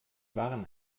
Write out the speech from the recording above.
waren